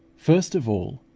first of all,